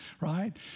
right